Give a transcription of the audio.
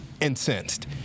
incensed